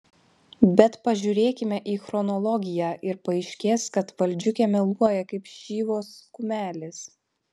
bet pažiūrėkime į chronologiją ir paaiškės kad valdžiukė meluoja kaip šyvos kumelės